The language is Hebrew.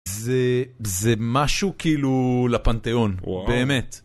זה, זה משהו כאילו, לפנתיאון באמת.